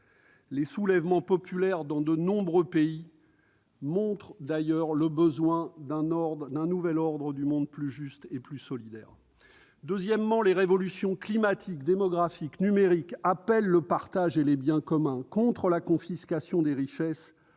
Les soulèvements populaires survenant dans de nombreux pays montrent, d'ailleurs, le besoin d'un nouvel ordre du monde, plus juste et plus solidaire. Deuxièmement, les révolutions climatiques, démographiques et numériques appellent le partage et les biens communs, contre la confiscation des richesses